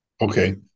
okay